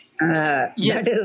Yes